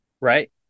right